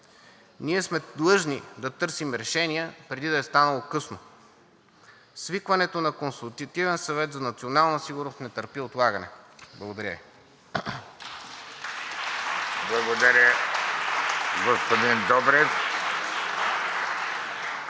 Ние сме длъжни да търсим решения, преди да е станало късно. Свикването на Консултативния съвет за национална сигурност не търпи отлагане. Благодаря